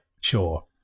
Sure